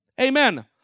Amen